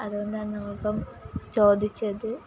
അതുകൊണ്ടാണ് നമ്മളിപ്പം ചോദിച്ചത്